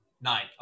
Nine